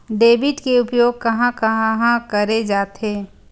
Debit के उपयोग कहां कहा करे जाथे?